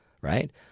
right